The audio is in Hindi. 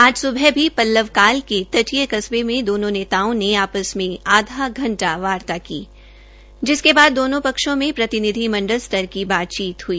आ सुबह भी पल्लवकाल के तटीय बस्बे में दोनो नेताओं ने आपस में आधा घंटा वार्ता की जिसके बाद दोनो पक्षों में प्रतिनिधि मंडल स्तर की बातचीत हई